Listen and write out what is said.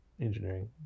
engineering